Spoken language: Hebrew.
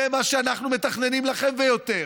זה מה שאנחנו מתכננים לכם, ויותר.